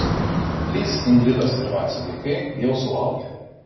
trys ingridos ir vacio vaikai jau suaugę